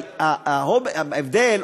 ההבדל,